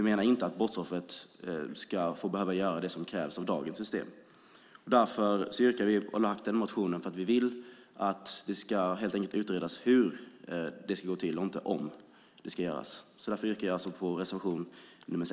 Vi anser att brottsoffret inte ska behöva göra det som krävs av dagens system. Därför har vi lagt fram denna motion; vi vill att det ska utredas hur det ska gå till, inte om det ska göras.